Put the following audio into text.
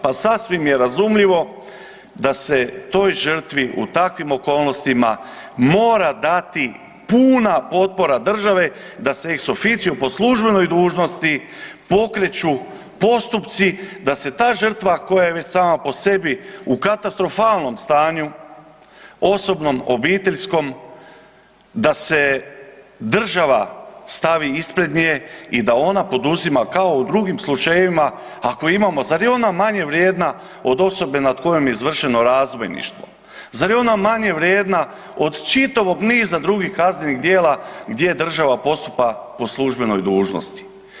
Pa sasvim je razumljivo da se toj žrtvi u takvim okolnostima mora dati puna potpora države da ... po službenoj dužnosti pokreću postupci, da se ta žrtva koja je već sama po sebi u katastrofalnom stanju, osobnom, obiteljskom, da se država stavi ispred nje i da ona poduzima, kao i u drugim slučajevima, ako imamo, zar je ona manje vrijedna od osobe nad kojom je izvršeno razbojništvo, zar je ona manje vrijedna od čitavog niza drugih kaznenih djela gdje država postupa po službenoj dužnosti.